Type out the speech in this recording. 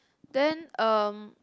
then um